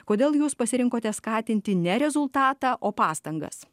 kodėl jūs pasirinkote skatinti ne rezultatą o pastangas